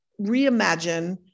reimagine